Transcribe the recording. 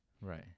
Right